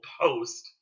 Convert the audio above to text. post